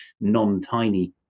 non-tiny